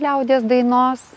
liaudies dainos